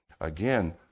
again